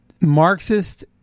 Marxist